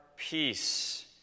Peace